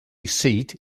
seat